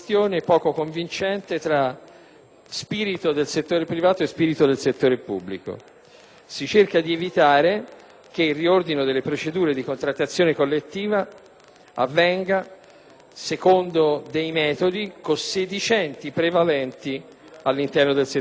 spirito del settore privato e spirito del settore pubblico. Si cerca di evitare che il riordino delle procedure di contrattazione collettiva avvenga secondo metodi cosiddetti prevalenti all'interno del settore privato.